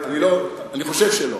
אני חושב שלא.